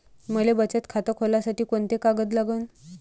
मले बचत खातं खोलासाठी कोंते कागद लागन?